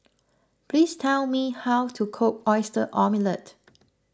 please tell me how to cook Oyster Omelette